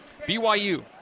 BYU